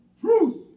Truth